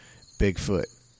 Bigfoot